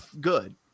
good